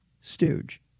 stooge